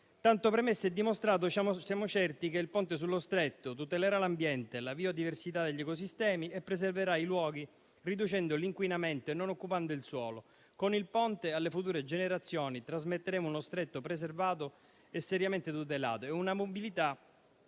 Tanto premesso e dimostrato, siamo certi che il Ponte sullo Stretto tutelerà l'ambiente, la biodiversità degli ecosistemi e preserverà i luoghi riducendo l'inquinamento e non occupando il suolo. Con il Ponte alle future generazioni trasmetteremo uno Stretto preservato e seriamente tutelato e una mobilità